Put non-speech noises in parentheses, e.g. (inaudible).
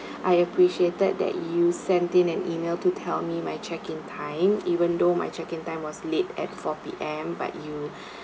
I appreciated that you sent in an email to tell me my check in time even though my check in time was late at four P_M but you (breath)